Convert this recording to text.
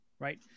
right